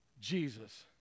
Jesus